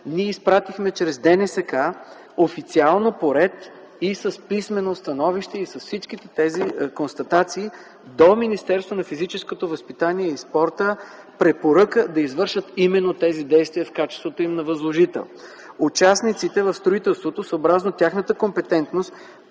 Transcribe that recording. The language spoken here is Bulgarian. ние изпратихме чрез ДНСК официално по ред и с писмено становище и с всички тези констатации до Министерството на физическото възпитание и спорта препоръка да извършат именно тези действия в качеството им на възложител. Участниците в строителството, съобразно тяхната компетентност